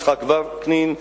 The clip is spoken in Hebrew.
יצחק וקנין,